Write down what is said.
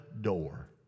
door